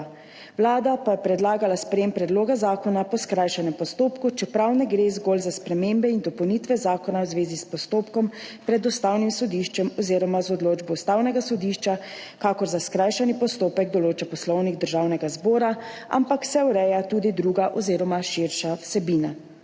Vlada pa je predlagala sprejem predloga zakona po skrajšanem postopku, čeprav ne gre zgolj za spremembe in dopolnitve zakona v zvezi s postopkom pred Ustavnim sodiščem oziroma z odločbo Ustavnega sodišča, kakor za skrajšani postopek določa Poslovnik Državnega zbora, ampak se ureja tudi druga oziroma širša vsebina.